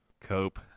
Cope